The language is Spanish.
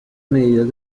medidas